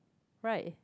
right